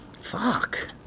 Fuck